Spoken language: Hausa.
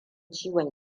ciwon